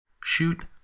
shoot